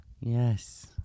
yes